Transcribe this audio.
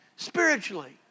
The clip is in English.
Spiritually